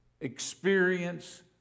experience